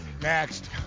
Next